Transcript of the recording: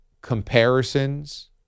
comparisons